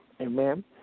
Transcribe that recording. amen